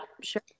sure